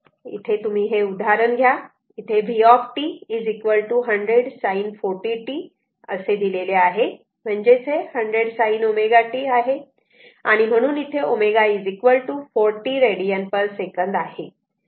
तेव्हा इथे तुम्ही हे उदाहरण घ्या इथे v 100 sin 40 t दिलेले आहे म्हणजेच हे 100 sin ω t आहे म्हणून इथे ω 40 रेडियन पर सेकंद आहे